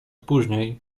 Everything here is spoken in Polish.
później